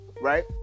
right